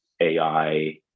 AI